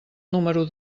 número